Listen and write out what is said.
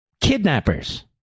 Kidnappers